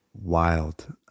wild